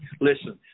Listen